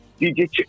DJ